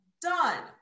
done